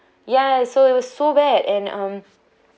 ya it's so it was so bad and um